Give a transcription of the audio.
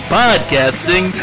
podcasting